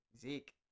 Zeke